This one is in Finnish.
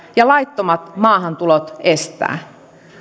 ja laittomat maahantulot estää